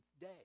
day